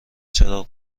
چراغ